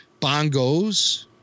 bongos